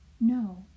no